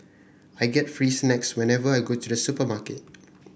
I get free snacks whenever I go to the supermarket